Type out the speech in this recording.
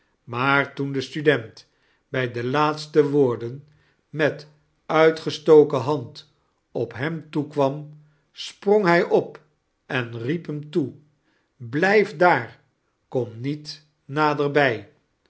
maar toen de student bij de laatste woorden met uitgestoken hand op hem toekwam sprong hij op en riep hem toe blijf daar kom niet naderbij